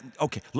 okay